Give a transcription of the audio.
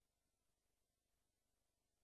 למה אתה עושה השוואה בין סבל